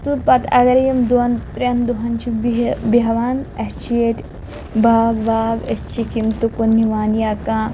تہٕ پَتہٕ اَگَرے یِم دۄن ترٛٮ۪ن دۄہَن چھِ بِہِ بیٚہ بیٚہوان اَسہِ چھِ ییٚتہِ باغ واغ أسۍ چھِکھ یِم تُکُن نِوان یا کانٛہہ